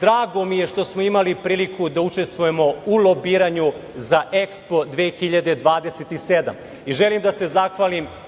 drago mi je što smo imali priliku da učestvujemo u lobiranju za EXPO 2027. Želim da se zahvalim